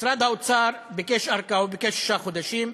משרד האוצר ביקש ארכה, הוא ביקש שישה חודשים,